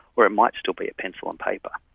or it might still be a pencil and paper.